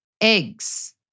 eggs